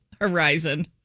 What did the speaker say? horizon